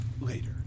later